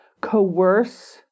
coerce